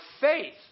faith